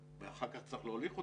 ואחר כך צריך להוליך אותם,